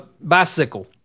bicycle